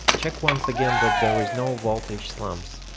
check once again that there is no voltage slumps.